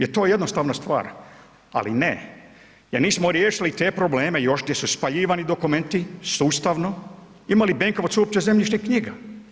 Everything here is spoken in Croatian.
Je to jednostavna stvar, ali ne jer nismo riješili te probleme još gdje su spaljivani dokumenti sustavno, ima li Benkovac uopće zemljišnih knjiga?